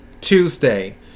Tuesday